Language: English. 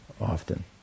often